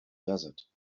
desert